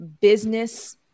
business